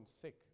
sick